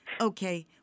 Okay